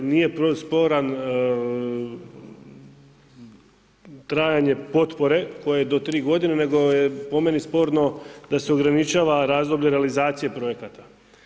Nije sporno trajanje potpore koja je do 3 godine nego je po meni sporno da se ograničava razdoblje realizacije projekata.